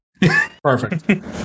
Perfect